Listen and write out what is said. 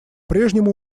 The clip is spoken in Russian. прежнему